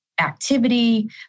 activity